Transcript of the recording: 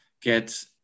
get